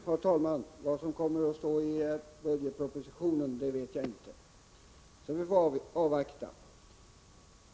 Herr talman! Vad som kommer att stå i budgetpropositionen vet jag inte — vi får avvakta.